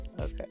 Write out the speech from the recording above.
Okay